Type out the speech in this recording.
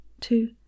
two